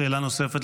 שאלה נוספת,